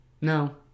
No